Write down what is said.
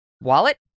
wallet